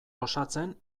osatzen